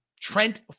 Trent